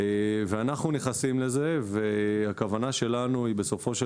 אנחנו נכנסים לזה והכוונה שלנו בסופו של